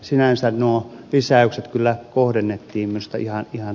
sinänsä nuo lisäykset kyllä kohdennettiin minusta ihan hyvin